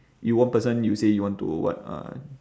you one person you say you want to what uh